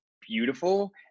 beautiful